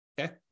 okay